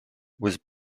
was